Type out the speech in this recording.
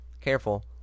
Careful